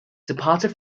departed